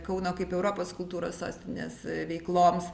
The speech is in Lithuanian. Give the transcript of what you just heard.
kauno kaip europos kultūros sostinės veikloms